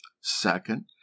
Second